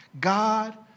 God